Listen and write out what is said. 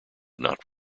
not